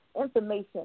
information